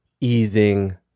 easing